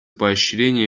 поощрение